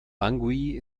bangui